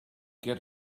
get